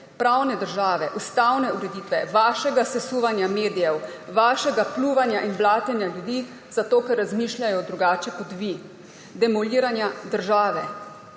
pravne države, ustavne ureditve, vašega sesuvanja medijev, vašega pljuvanja in blatenja ljudi, zato ker razmišljajo drugače kot vi, demoliranja države.